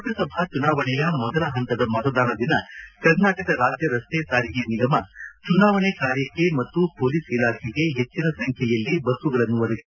ಲೋಕಸಭಾ ಚುನಾವಣೆಯ ಮೊದಲ ಪಂತದ ಮತದಾನ ದಿನ ಕರ್ನಾಟಕ ರಾಜ್ಯ ರಸ್ತೆ ಸಾರಿಗೆ ನಿಗಮ ಚುನಾವಣೆ ಕಾರ್ಯಕ್ಕ ಮತ್ತು ಮೊಲೀಸ್ ಇಲಾಖೆಗೆ ಹೆಚ್ಚಿನ ಸಂಖ್ಯೆಯಲ್ಲಿ ಬಸ್ಸುಗಳನ್ನು ಒದಗಿಸುತ್ತಿದೆ